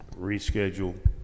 reschedule